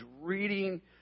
reading